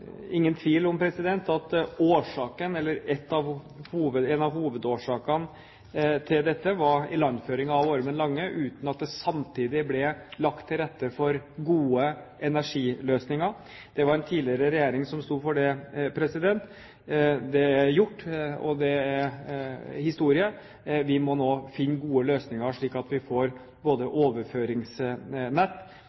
ingen tvil om at en av hovedårsakene til dette var ilandføringen av Ormen Lange-gassen uten at det samtidig ble lagt til rette for gode energiløsninger. Det var en tidligere regjering som sto for det. Det er gjort, og det er historie. Vi må nå finne gode løsninger slik at vi får både